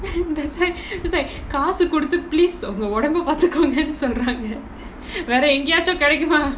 that's why it's like காசு குடுத்து:kaasu kuduthu please ஒங்க ஒடம்ப பாத்துகோங்கண்டு சொல்றாங்க வேற எங்கயாச்சும் கடைக்கு போனா:onga odamba paathukongkandu solraanga vera engayaachum kadaiku ponaa